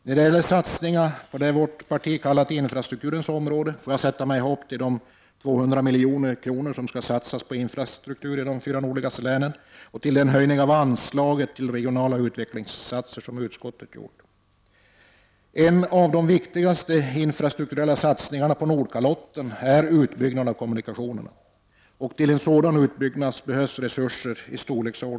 När det gäller satsningarna på det som vi i vårt parti kallar för infrastrukturens område sätter jag mitt hopp till de 200 miljoner som skall satsas på infrastrukturen i de fyra nordligaste länen samt till den höjning av anslaget till regionala utvecklingsinsatser som utskottet föreslår. En av de viktigaste infrastrukturella satsningar som man kan göra på Nordkalotten är att bygga ut kommunikationerna. För att möjliggöra en sådan utbyggnad behövs det resurser i miljardklassen.